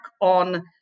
on